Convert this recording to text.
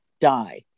die